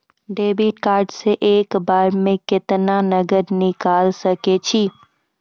Debit card से एक बार मे केतना नगद निकाल सके छी?